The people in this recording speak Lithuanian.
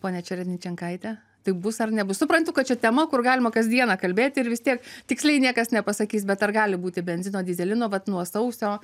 ponia čeredničenkaite tai bus ar nebus suprantu kad čia tema kur galima kasdieną kalbėti ir vis tiek tiksliai niekas nepasakys bet ar gali būti benzino dyzelino vat nuo sausio